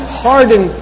harden